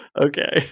Okay